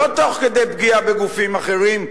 לא תוך כדי פגיעה בגופים אחרים,